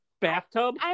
bathtub